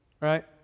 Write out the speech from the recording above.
right